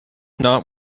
not